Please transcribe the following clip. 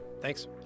Thanks